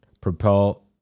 propel